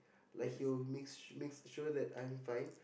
like he will makes make sure that I'm fine